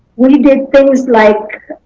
we did things like